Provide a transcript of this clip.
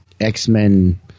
X-Men